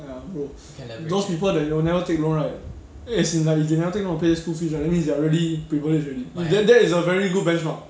ya bro those people that will never take loan one right as in like if they never take loan to pay school fees right that means they are really privilege already that that is a very good benchmark